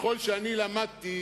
ככל שאני למדתי